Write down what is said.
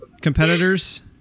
competitors